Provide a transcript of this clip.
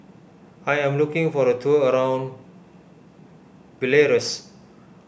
I am looking for a tour around Belarus